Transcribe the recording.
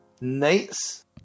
nights